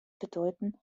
bedeuten